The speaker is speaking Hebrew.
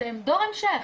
שהם דור המשך.